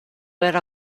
era